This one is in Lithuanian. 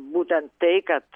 būtent tai kad